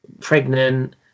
pregnant